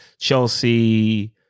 Chelsea